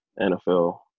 NFL